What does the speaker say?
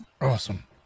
Awesome